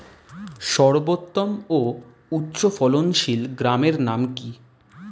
সর্বোত্তম ও উচ্চ ফলনশীল গমের নাম কি?